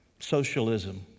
Socialism